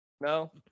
No